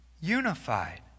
unified